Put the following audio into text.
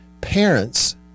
Parents